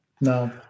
no